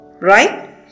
Right